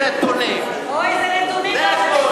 למי אתה בא בטענות?